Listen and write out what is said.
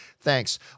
Thanks